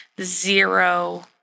zero